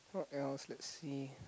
what else let's see